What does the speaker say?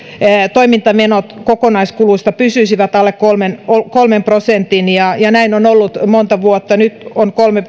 toimintamenot kokonaiskuluista pysyisivät alle kolmen kolmen prosentin ja ja näin on ollut monta vuotta nyt on kolme